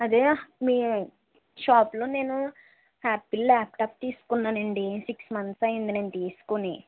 అదే మీ షాప్లో నేను ఆపిల్ ల్యాప్టాప్ తీసుకున్నానండి సిక్స్ మంత్స్ అయ్యింది నేను తీసుకుని